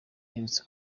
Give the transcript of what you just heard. uherutse